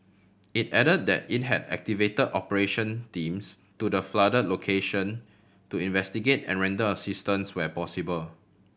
it add that it had activate operation teams to the flood location to investigate and render assistance where possible